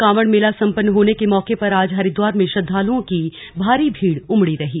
कांवड़ मेला सम्पन्न होने के मौके पर आज हरिद्वार में श्रद्धालुओं की भारी भीड़ उमड़ी रही